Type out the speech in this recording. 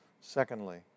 Secondly